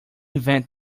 invent